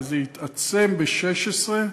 וזה יתעצם ב-2016,